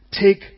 take